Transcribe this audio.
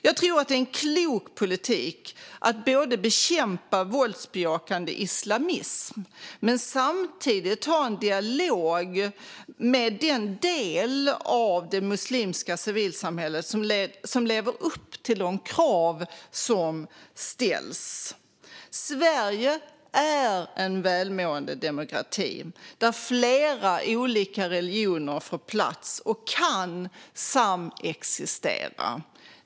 Jag tror att det är en klok politik att bekämpa våldsbejakande islamism och samtidigt ha en dialog med den del av det muslimska civilsamhället som lever upp till de krav som ställs. Sverige är en välmående demokrati där flera olika religioner får plats och kan samexistera.